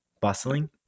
Bustling